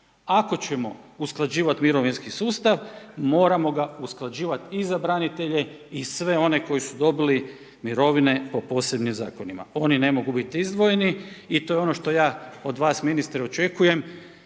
Ako ćemo usklađivati mirovinski sustav, moramo ga usklađivati i za branitelje i sve ono koji su dobili mirovine po posebnim zakonima, oni ne mogu biti izdvojeni i to je ono što ja od vas ministre, očekujem,